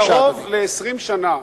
קרוב ל-20 שנה